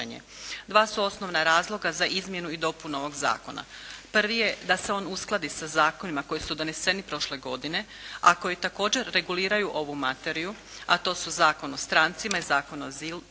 Dva su osnovna razloga za izmjenu i dopunu ovog zakona. Prvi je da se on uskladi sa zakonima koji su doneseni prošle godine, a koji također reguliraju ovu materiju, a to su Zakon o strancima i Zakon o azilu